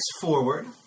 forward